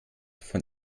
von